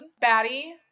Batty